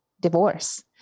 divorce